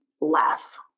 less